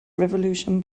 revolution